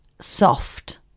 soft